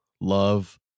love